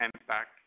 impact